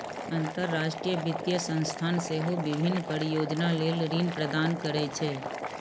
अंतरराष्ट्रीय वित्तीय संस्थान सेहो विभिन्न परियोजना लेल ऋण प्रदान करै छै